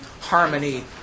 harmony